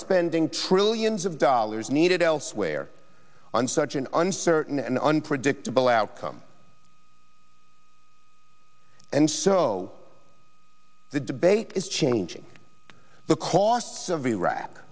spending trillions of dollars needed elsewhere on such an uncertain and unpredictable outcome and so the debate is changing the costs of